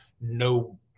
no